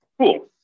Cool